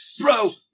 Bro